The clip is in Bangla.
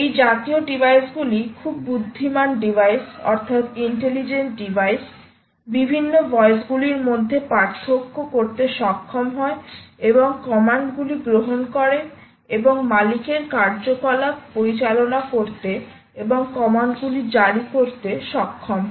এই জাতীয় ডিভাইসগুলি খুব বুদ্ধিমান ডিভাইস বিভিন্ন ভয়েসগুলির মধ্যে পার্থক্য করতে সক্ষম এবং কমান্ড গুলি গ্রহণ করে এবং মালিকের কার্যকলাপ পরিচালনা করতে এবং কমান্ডগুলি জারি করতে সক্ষম হয়